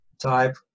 type